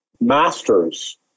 masters